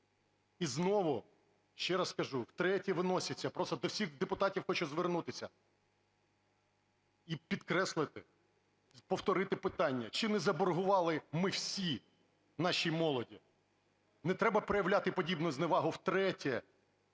І знову, ще раз кажу, втретє вноситься, просто до всіх депутатів хочу звернутися і підкреслити, повторити питання: чи не заборгували ми всі нашій молоді? Не треба проявляти подібну зневагу втретє.